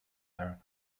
her